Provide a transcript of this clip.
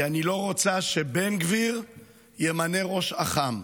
כי אני לא רוצה שבן גביר ימנה ראש אח"מ.